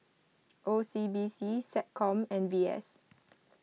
O C B C SecCom and V S